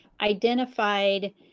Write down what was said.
identified